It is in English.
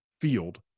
Field